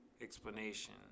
explanation